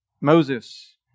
Moses